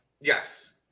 Yes